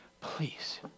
please